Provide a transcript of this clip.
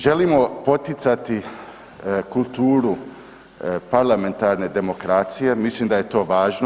Želimo poticati kulturu parlamentarne demokracije, mislim da je to važno.